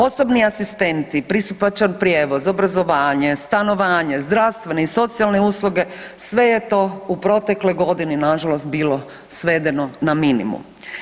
Osobni asistenti, pristupačan prijevoz, obrazovanje, stanovanje, zdravstvene i socijalne usluge sve je to u protekloj godini nažalost bilo svedeno na minimum.